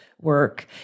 work